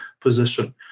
position